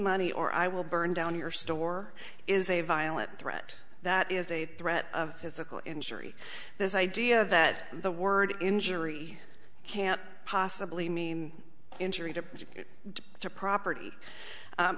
money or i will burn down your store is a violent threat that is a threat of physical injury this idea that the word injury can't possibly mean injury to you to property